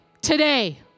Today